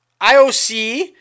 IOC